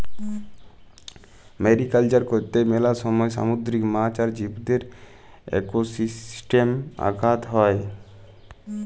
mariculture করত্যে মেলা সময় সামুদ্রিক মাছ আর জীবদের একোসিস্টেমে আঘাত হ্যয়